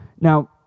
Now